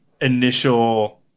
initial